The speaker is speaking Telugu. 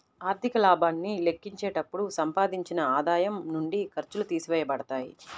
ఆర్థిక లాభాన్ని లెక్కించేటప్పుడు సంపాదించిన ఆదాయం నుండి ఖర్చులు తీసివేయబడతాయి